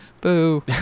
boo